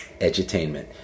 edutainment